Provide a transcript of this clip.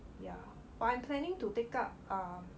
ya well I'm planning to take up err